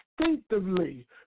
instinctively